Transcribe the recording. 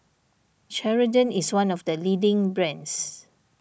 Ceradan is one of the leading brands